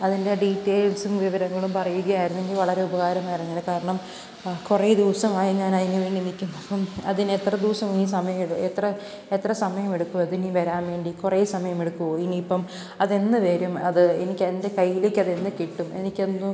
അതിൻ്റെ ഡീറ്റെയിൽസും വിവരങ്ങളും പറയുകയായിരുന്നെങ്കിൽ വളരെ ഉപകാരമായിരുന്നേനെ കാരണം ആ കുറേ ദിവസമായി ഞാനതിനു വേണ്ടി നിൽക്കുന്നു അപ്പം അതിനെത്ര ദിവസം ഇനി സമയമെടു എത്ര എത്ര സമയമെടുക്കും അതിനി വരാൻ വേണ്ടി കുറേ സമയമെടുക്കുമോ ഇനി ഇപ്പം അതെന്നു വരും അത് എനിക്കെൻ്റെ കയ്യിലേക്കതെന്നു കിട്ടും എനിക്കെന്ന്